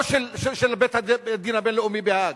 לא של בית-הדין הבין-לאומי בהאג,